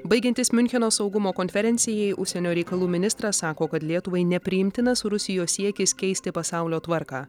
baigiantis miuncheno saugumo konferencijai užsienio reikalų ministras sako kad lietuvai nepriimtinas rusijos siekis keisti pasaulio tvarką